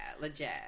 legit